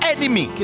enemy